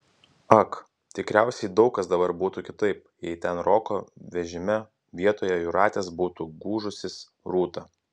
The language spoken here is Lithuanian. ak tikriausiai daug kas dabar būtų kitaip jei ten roko vežime vietoje jūratės būtų gūžusis rūta